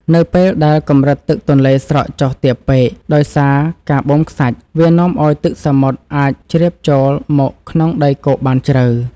នៅពេលដែលកម្រិតទឹកទន្លេស្រកចុះទាបពេកដោយសារការបូមខ្សាច់វានាំឱ្យទឹកសមុទ្រអាចជ្រាបចូលមកក្នុងដីគោកបានជ្រៅ។